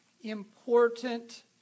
important